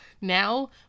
Now